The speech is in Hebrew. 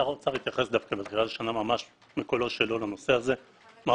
שר האוצר התייחס דווקא בקולו שלו לנושא הזה ואמר